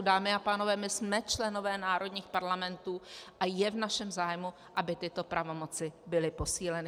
Dámy a pánové, my jsme členové národních parlamentů a je v našem zájmu, aby tyto pravomoci byly posíleny.